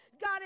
God